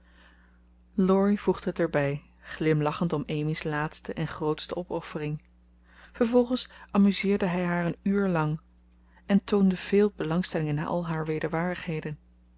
voegde het er bij glimlachend om amy's laatste en grootste opoffering vervolgens amuseerde hij haar een uur lang en toonde veel belangstelling in al haar wederwaardigheden